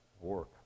work